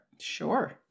Sure